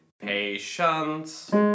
Patience